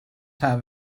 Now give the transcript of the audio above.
have